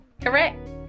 Correct